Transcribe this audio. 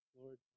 Lord